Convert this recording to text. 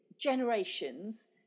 generations